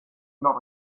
not